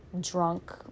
drunk